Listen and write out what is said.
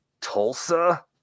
Tulsa